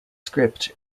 script